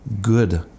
good